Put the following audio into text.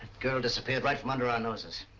girl disappeared right from under our noses.